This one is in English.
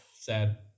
sad